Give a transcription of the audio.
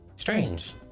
strange